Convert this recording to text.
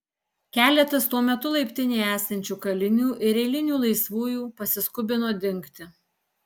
keletas tuo metu laiptinėje esančių kalinių ir eilinių laisvųjų pasiskubino dingti